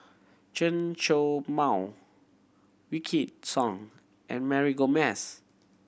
Chen Show Mao Wykidd Song and Mary Gomes